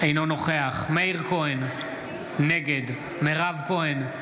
אינו נוכח מאיר כהן, נגד מירב כהן,